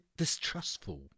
distrustful